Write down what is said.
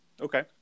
Okay